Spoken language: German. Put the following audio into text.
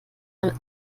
damit